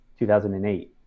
2008